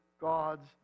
God's